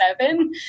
seven